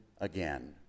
again